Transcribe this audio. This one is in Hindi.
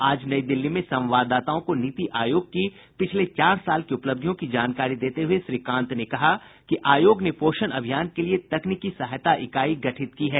आज नई दिल्ली में संवाददाताओं को नीति आयोग की पिछले चार साल की उपलब्धियों की जानकारी देते हुए श्री अमिताभ कांत ने कहा कि आयोग ने पोषण अभियान के लिए तकनीकी सहायता इकाई गठित की है